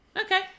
Okay